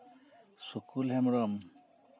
Sukul Hembrom